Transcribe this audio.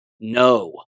No